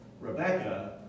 Rebecca